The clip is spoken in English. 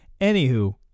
Anywho